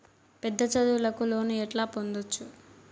పెద్ద చదువులకు లోను ఎట్లా పొందొచ్చు